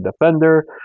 defender